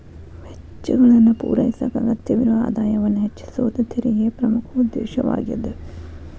ವೆಚ್ಚಗಳನ್ನ ಪೂರೈಸಕ ಅಗತ್ಯವಿರೊ ಆದಾಯವನ್ನ ಹೆಚ್ಚಿಸೋದ ತೆರಿಗೆ ಪ್ರಮುಖ ಉದ್ದೇಶವಾಗ್ಯಾದ